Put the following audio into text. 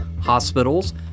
hospitals